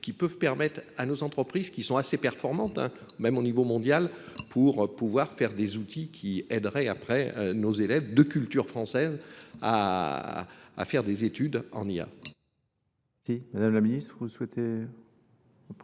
qui peuvent permettre à nos entreprises qui sont assez performantes même au niveau mondial pour pouvoir faire des outils qui aideraient après nos élèves de culture française à faire des études en IA. Madame la Ministre, vous souhaitez...